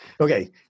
Okay